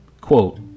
quote